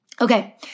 Okay